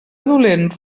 dolent